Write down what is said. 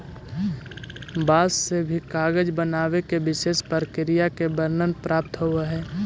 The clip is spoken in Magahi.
बाँस से भी कागज बनावे के विशेष प्रक्रिया के वर्णन प्राप्त होवऽ हई